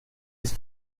ist